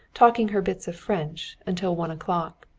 talking her bits of french, until one o'clock.